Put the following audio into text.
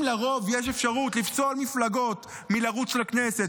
אם לרוב יש אפשרות לפסול מפלגות מלרוץ לכנסת,